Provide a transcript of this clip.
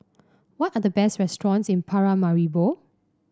what are the best restaurants in Paramaribo